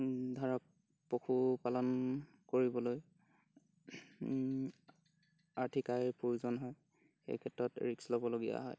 ধৰক পশুপালন কৰিবলৈ আৰ্থিক আয়ৰ প্ৰয়োজন হয় সেই ক্ষেত্ৰত ৰিস্ক ল'বলগীয়া হয়